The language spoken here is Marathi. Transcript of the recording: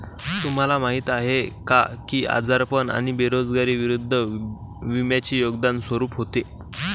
तुम्हाला माहीत आहे का की आजारपण आणि बेरोजगारी विरुद्ध विम्याचे योगदान स्वरूप होते?